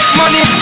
money